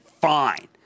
fine